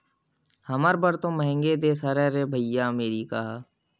हमर बर तो मंहगे देश हरे रे भइया अमरीका ह